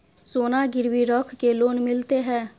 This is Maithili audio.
सोना गिरवी रख के लोन मिलते है?